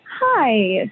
Hi